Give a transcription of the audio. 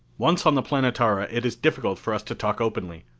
once on the planetara it is difficult for us to talk openly,